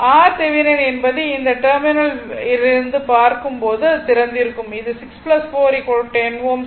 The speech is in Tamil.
RThevenin என்பது இந்த டெர்மினல் லிருந்து பார்க்கும் போது அது திறந்திருக்கும் இது 6 4 10 Ω ஆகும்